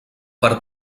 per